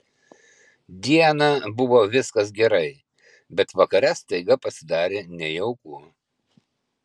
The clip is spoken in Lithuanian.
dieną buvo viskas gerai bet vakare staiga pasidarė nejauku